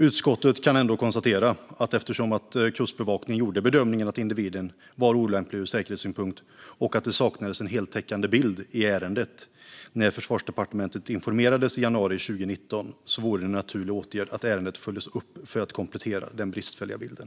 Utskottet kan ändå konstatera att eftersom Kustbevakningen gjorde bedömningen att individen var olämplig ur säkerhetssynpunkt och eftersom det saknades en heltäckande bild i ärendet när Försvarsdepartementet informerades i januari 2019 vore en naturlig åtgärd att ärendet följdes upp för att komplettera den bristfälliga bilden.